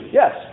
yes